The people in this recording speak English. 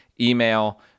email